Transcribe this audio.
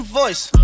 voice